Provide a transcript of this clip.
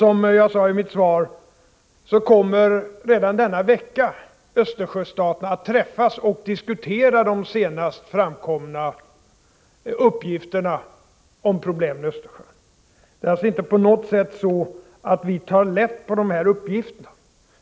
Som jag sade i mitt interpellationssvar kommer Östersjöstaterna redan denna vecka att träffas och diskutera de senast framkomna uppgifterna om problemen i Östersjön. Det är alltså inte på något sätt så att vi tar lätt på dessa uppgifter.